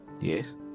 Yes